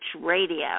Radio